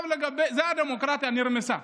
הדמוקרטיה נרמסה.